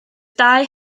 dau